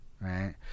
right